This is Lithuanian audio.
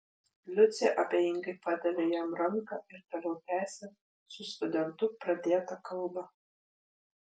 liucė abejingai padavė jam ranką ir toliau tęsė su studentu pradėtą kalbą